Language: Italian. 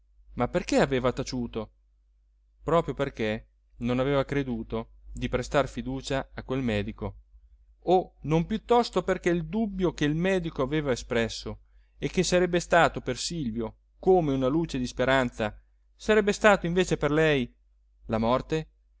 ma perché aveva taciuto proprio perché non aveva creduto di prestar fiducia a quel medico o non piuttosto perché il dubbio che il medico aveva espresso e che sarebbe stato per silvio come una luce di speranza sarebbe stato invece per lei la morte